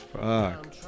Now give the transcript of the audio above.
Fuck